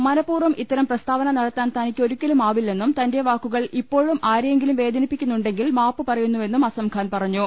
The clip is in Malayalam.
മനഃപ്പൂർവും ഇത്തരം പ്രസ്താവന നടത്താൻ തനിക്കൊരിക്കലുമാവില്ലെന്നും തന്റെ വാക്കുകൾ ഇപ്പോഴും ആരെയെങ്കിലും വേദനിപ്പിക്കുന്നുണ്ടെങ്കിൽ മാപ്പ് പറയുന്നു വെന്നും അസംഖാൻ പറഞ്ഞു